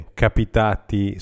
capitati